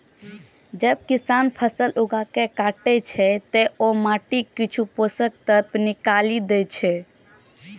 जब किसान फसल उगाके काटै छै, ते ओ माटिक किछु पोषक तत्व निकालि दै छै